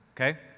okay